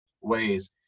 ways